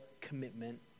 commitment